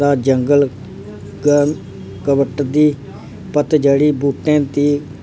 दा जंगल गर्म कटिबंधी पतझड़ी बूह्टे दी